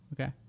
Okay